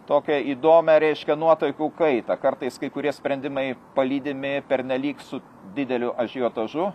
tokią įdomią reiškia nuotaikų kaita kartais kai kurie sprendimai palydimi pernelyg su dideliu ažiotažu